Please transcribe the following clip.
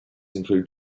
include